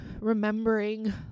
remembering